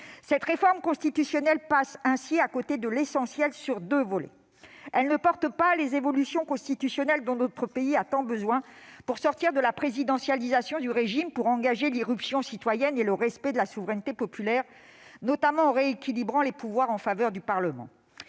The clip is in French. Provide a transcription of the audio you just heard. Cette réforme constitutionnelle passe ainsi à côté de l'essentiel : elle ne porte pas les évolutions constitutionnelles dont notre pays a tant besoin pour sortir de la présidentialisation du régime, pour engager l'irruption citoyenne et le respect de la souveraineté populaire, notamment en rééquilibrant les pouvoirs en faveur du Parlement.